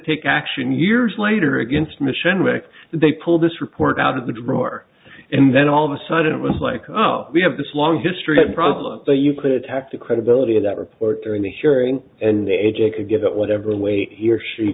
take action years later against mission rick they pulled this report out of the drawer and then all of a sudden it was like oh we have this long history problem that you play attack the credibility of that reporter in the hearing and a j could get it whatever way he or she